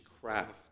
craft